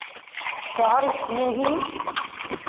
शहर में ही